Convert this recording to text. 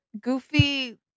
goofy